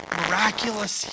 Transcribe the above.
miraculous